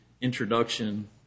introduction